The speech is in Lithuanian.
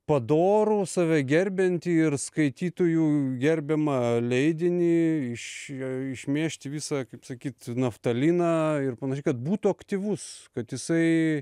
padorų save gerbiantį ir skaitytojų gerbiamą leidinį iš jo išmėžti visą kaip sakyt naftaliną ir panašiai kad būtų aktyvus kad jisai